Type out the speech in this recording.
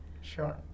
Sure